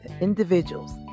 individuals